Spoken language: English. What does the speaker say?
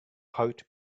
heart